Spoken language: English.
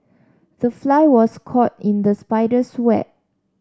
the fly was caught in the spider's web